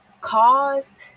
cause